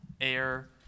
Air